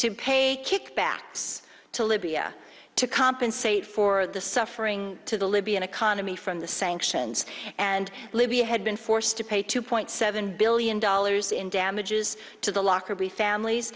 to pay kickbacks to libya to compensate for the suffering to the libyan economy from the sanctions and libya had been forced to pay two point seven billion dollars in damages to the lockerbie families